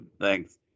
Thanks